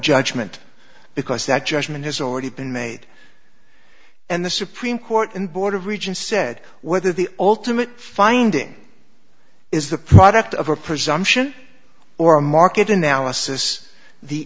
judgment because that judgment has already been made and the supreme court in border region said whether the ultimate finding is the product of a presumption or a market analysis the